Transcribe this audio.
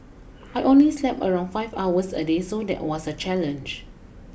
I only slept around five hours a day so that was a challenge